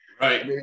Right